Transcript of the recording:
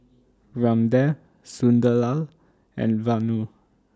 Ramdev Sunderlal and Vanu